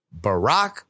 Barack